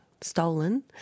stolen